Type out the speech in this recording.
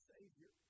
Savior